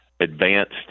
advanced